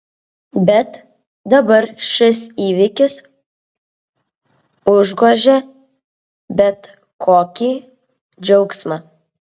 bet dabar šis įvykis užgožia bet kokį džiaugsmą